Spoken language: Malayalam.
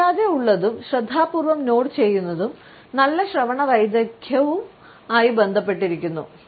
മര്യാദയുള്ളതും ശ്രദ്ധാപൂർവ്വം നോഡ് ചെയ്യുന്നതും നല്ല ശ്രവണ വൈദഗ്ധ്യവുമായി ബന്ധപ്പെട്ടിരിക്കുന്നു